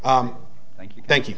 d thank you thank you